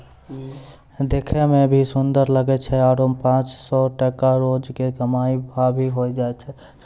देखै मॅ भी सुन्दर लागै छै आरो पांच सौ टका रोज के कमाई भा भी होय जाय छै